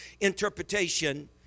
interpretation